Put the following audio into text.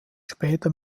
später